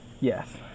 Yes